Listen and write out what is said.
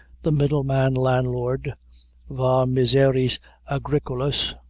the middleman landlord va miseris agricolis!